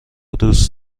دوست